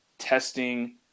Testing